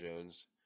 Jones